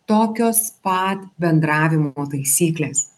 tokios pat bendravimo taisyklės